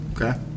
Okay